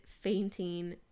fainting